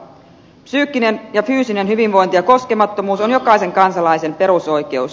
psyykkinen ja fyysinen hyvinvointi ja koskemattomuus on jokaisen kansalaisen perusoikeus